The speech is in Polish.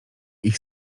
ich